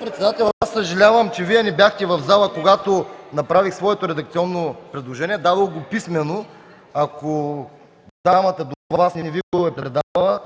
председател, аз съжалявам, че Вие не бяхте в залата, когато направих своето редакционно предложение – дадох го писмено. Ако дамата до Вас не Ви го е предала,